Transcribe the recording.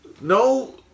no